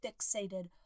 fixated